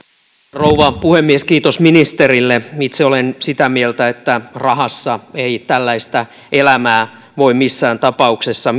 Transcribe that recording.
rouva puhemies kiitos ministerille itse olen sitä mieltä että rahassa ei tällaista elämää voi missään tapauksessa